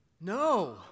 No